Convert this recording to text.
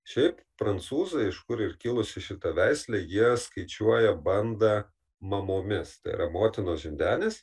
šiaip prancūzai iš kur ir kilusi šita veislė jie skaičiuoja bandą mamomis tai yra motinos žindenės